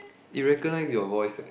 you recognise your voice eh